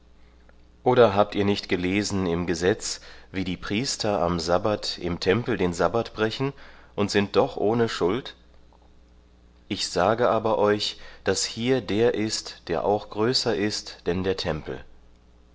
oder habt ihr nicht gelesen im gesetz wie die priester am sabbat im tempel den sabbat brechen und sind doch ohne schuld ich sage aber euch daß hier der ist der auch größer ist denn der tempel